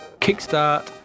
Kickstart